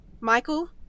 Michael